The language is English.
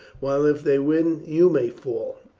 while if they win, you may fall.